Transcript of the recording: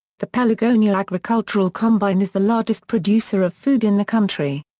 the pelagonia agricultural combine is the largest producer of food in the country.